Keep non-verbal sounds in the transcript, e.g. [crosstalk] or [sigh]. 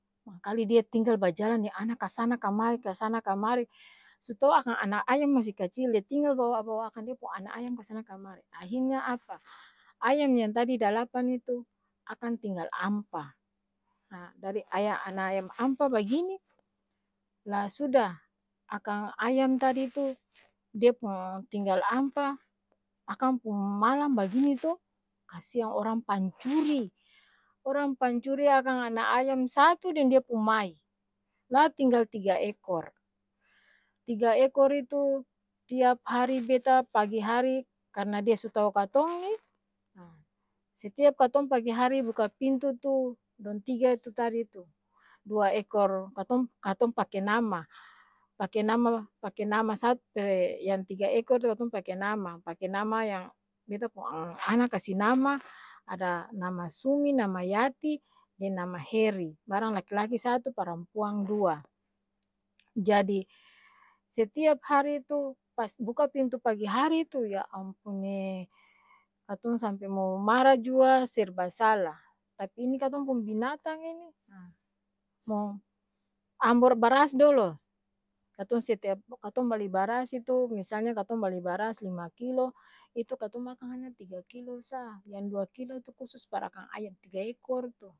Mangkali dia tinggal bajalang deng ana kasana-kamari kasana-kamari, su tou akang ana ayam masi kacil dia tinggal bawa bawa-akang dia pung ana ayam kasana-kamari, ahir nya apa? ayam yang tadi dalapan itu, akang tinggal ampa, ha dari a ya ana ayam ampa bagini, laa sudah! Akang ayam tadi [noise] tu dia pung tinggal ampa, akang pung malam bagini to kasiang orang [noise] pancuri, orang pancuri akang ana ayam satu deng dia pung mai, la tinggal tiga ekor, tiga ekor itu tiap hari beta pagi hari karna dia su tau katong ni [noise] ha setiap katong pagi hari buka pintu tu dong tiga itu tadi tu, dua ekor katong, katong pake nama! Pake nama-pake nama- [hesitation] yang tiga ekor tu katong pake nama, pake nama yang beta pung [noise] ana kasi nama, ada nama sumi, nama yati, deng nama heri, barang laki-laki satu, parampuang dua, jadi setiap hari tu pas buka pintu pagi hari tu ya ampun'ee katong sampe mo mara jua serba salah, tapi ini katong pung binatang ini ha, mo ambor baras dolo, katong setiap katong bali baras itu, misalnya katong bali baras lima kilo, itu katong makang hanya tiga kilo saa yang dua kilo tu kusus par akang ayam tiga ekor tu.